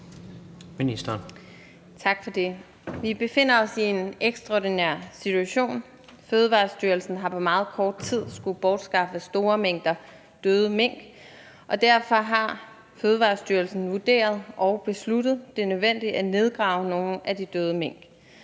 Vi befinder os i en ekstraordinær situation. Fødevarestyrelsen har på meget kort tid skullet bortskaffe store mængder døde mink, og derfor har Fødevarestyrelsen vurderet og besluttet, at det er nødvendigt at nedgrave nogle af de døde mink.